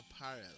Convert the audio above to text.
apparel